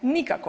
Nikako.